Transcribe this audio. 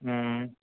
हूँ